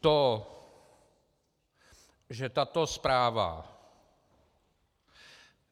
To, že tato zpráva